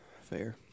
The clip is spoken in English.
Fair